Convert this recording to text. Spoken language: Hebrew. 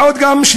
מה עוד שהיא